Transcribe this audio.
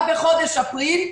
רק בחודש אפריל,